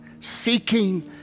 seeking